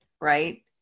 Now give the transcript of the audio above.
right